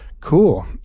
Cool